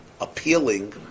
appealing